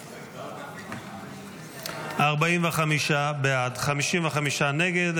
45 בעד, 55 נגד.